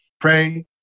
pray